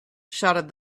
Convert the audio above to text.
shouted